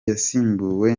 yasimbuwe